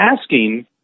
asking